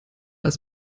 als